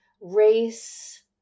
race